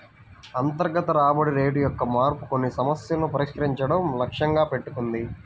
అంతర్గత రాబడి రేటు యొక్క మార్పు కొన్ని సమస్యలను పరిష్కరించడం లక్ష్యంగా పెట్టుకుంది